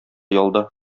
ялда